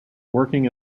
working